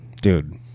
Dude